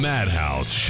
Madhouse